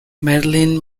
marilyn